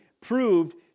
proved